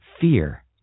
fear